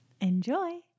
Enjoy